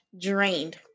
drained